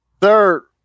third